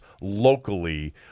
locally